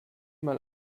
mal